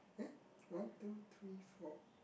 eh one two three four